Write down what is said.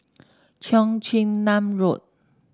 Cheong Chin Nam Road